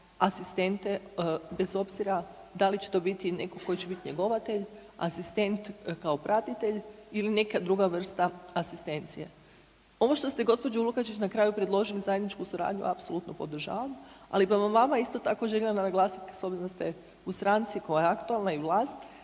asistente bez obzira da li će to biti netko tko će biti njegovatelj, asistent kao pratitelj ili neka druga vrsta asistencije. Ovo što ste gospođo Lukačić na kraju predložili zajedničku suradnju, apsolutno podržavam, ali prema vama isto tako željela naglasiti s obzirom da ste u stranci koja je aktualna i vlast